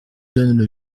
donne